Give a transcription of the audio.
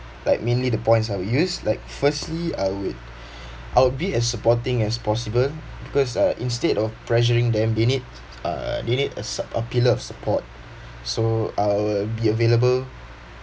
like mainly the points I would use like firstly I would I'd be as supporting as possible because uh instead of pressuring them they need uh they need a su~ a pillar of support so I'll be available